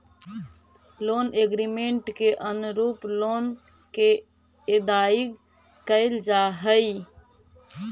loan agreement के अनुरूप loan के अदायगी कैल जा हई